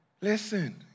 Listen